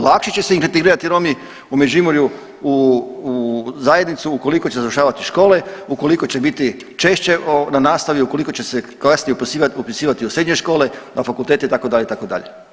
Lakše će se integrirati Romi u Međimurju u zajednicu ukoliko će završavati škole, ukoliko će biti češće na nastavit, ukoliko će se kasnije upisivati u srednje škole, na fakultete itd., itd.